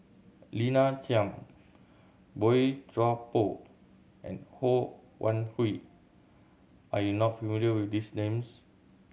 Lina Chiam Boey Chuan Poh and Ho Wan Hui are you not familiar with these names